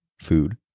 Food